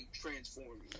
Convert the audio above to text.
transforming